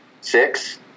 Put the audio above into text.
six